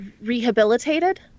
rehabilitated